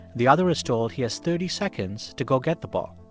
the other is told he has thirty seconds to go get the ball.